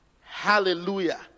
Hallelujah